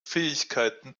fähigkeiten